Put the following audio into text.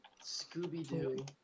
scooby-doo